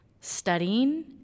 studying